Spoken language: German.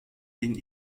ging